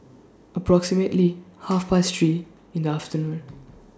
approximately Half Past three in afternoon